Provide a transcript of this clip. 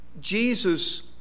Jesus